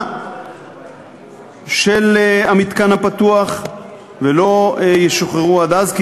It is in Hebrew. של המתקן הפתוח ולא ישוחררו עד אז,